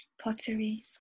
pottery